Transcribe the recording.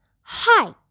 Hi